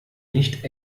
nicht